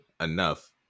enough